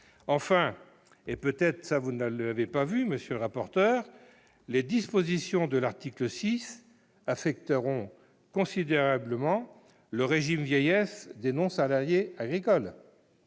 Enfin, et peut-être ne l'avez-vous pas vu, monsieur le rapporteur, les dispositions de l'article 6 affecteront négativement le régime vieillesse des non-salariés agricoles.